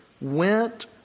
went